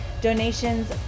Donations